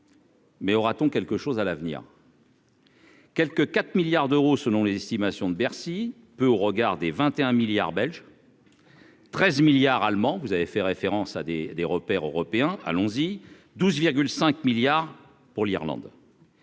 Mais aura-t-on quelque chose à l'avenir. Quelque 4 milliards d'euros, selon les estimations de Bercy peu au regard des 21 milliards belge 13 milliards allemand, vous avez fait référence à des des repères européen, allons-y 12 5 milliards pour l'Irlande.